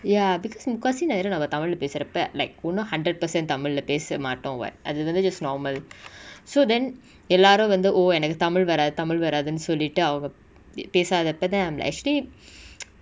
ya because முக்காவாசி நேரோ நம்ம:mukkavaasi nero namma tamil lah பேசுரப்ப:pesurappa like ஒன்னு:onnu hundred percent tamil lah பேச மாட்டோ:pesa maato what அது வந்து:athu vanthu just normal so then எல்லாரு வந்து:ellaru vanthu oh எனக்கு:enaku tamil வராது:varaathu tamil வராதுண்டு சொல்லிட்டு:varaathundu sollitu avangap~ பேசாதப்பதா:pesathappatha I'm lah actually